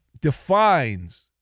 defines